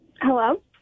Hello